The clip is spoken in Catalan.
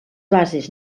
bases